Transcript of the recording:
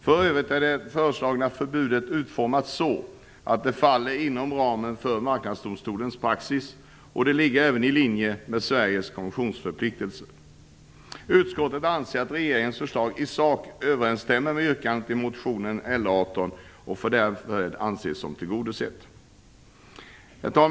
För övrigt är det föreslagna förbudet utformat så att det faller inom ramen för marknadsdomstolens praxis, och det ligger även i linje med Utskottet anser att regeringens förslag i sak överensstämmer med yrkandet i motion L18, som därmed får anses tillgodosett. Herr talman!